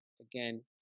again